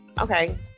Okay